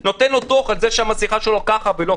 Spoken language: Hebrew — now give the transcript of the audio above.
ונראה שבאמת נוכל לשמור על תחלואה נמוכה.